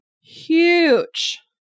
Huge